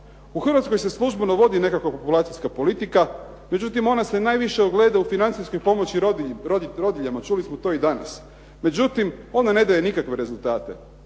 U Hrvatskoj se službeno vodi nekakva populacijska politika, međutim ona se najviše ogleda u financijskoj pomoći rodiljama, čuli smo to i danas. Međutim, ona ne daje nikakve rezultate.